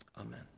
Amen